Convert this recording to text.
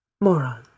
Moron